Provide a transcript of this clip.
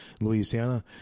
Louisiana